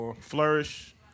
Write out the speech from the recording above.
flourish